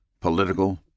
political